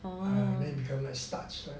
then become like starch